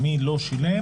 מי לא שילם,